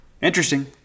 Interesting